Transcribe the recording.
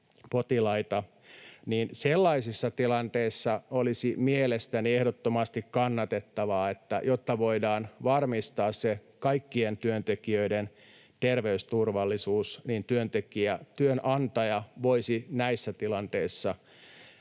kuuluvia potilaita, olisi mielestäni ehdottomasti kannatettavaa, ja jotta voidaan varmistaa kaikkien työntekijöiden terveysturvallisuus, työnantaja voisi näissä tilanteissa